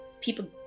people